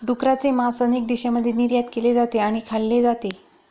डुकराचे मांस अनेक देशांमध्ये निर्यात केले जाते आणि खाल्ले जाते